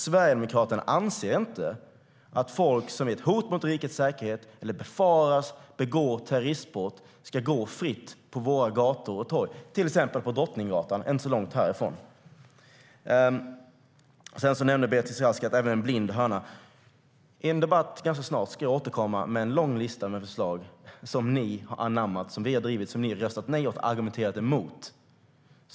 Sverigedemokraterna anser inte att folk som är ett hot mot rikets säkerhet eller befaras begå terroristbrott ska kunna gå fritt på våra gator och torg, till exempel på Drottninggatan, inte så långt härifrån. Beatrice Ask sa att även en blind höna kan hitta ett korn. Snart i en debatt ska jag återkomma med en lång lista över förslag som vi har drivit, men som ni har röstat ned och argumenterat emot.